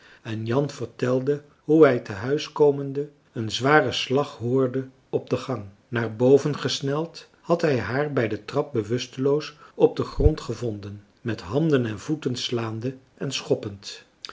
en jan vertelde hoe hij te huis komende een zwaren slag hoorde op den gang naar boven gesneld had hij haar bij de trap bewusteloos op den grond gevonden met handen en voeten slaande en schoppend